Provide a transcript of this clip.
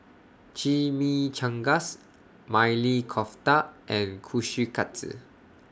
Chimichangas Maili Kofta and Kushikatsu